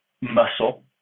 muscle